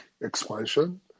expansion